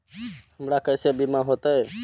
हमरा केसे बीमा होते?